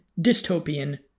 dystopian